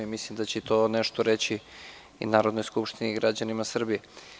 Mislim da će to nešto reći i Narodnoj skupštini i građanima Srbije.